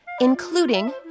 including